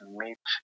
meet